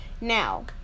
Now